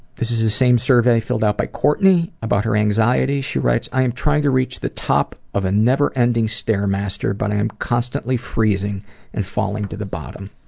this is the same survey filled out by courtney. about her anxiety she writes, i am trying to reach the top of a never-ending stairmaster but i am constantly freezing and falling to the bottom.